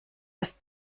das